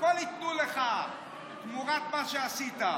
הכול ייתנו לך תמורת מה שעשית.